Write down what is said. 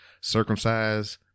circumcised